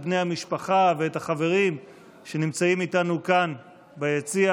את בני המשפחה ואת החברים שנמצאים איתנו כאן ביציע.